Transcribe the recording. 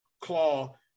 claw